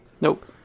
Nope